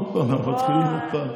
עוד פעם, אנחנו מתחילים עוד פעם.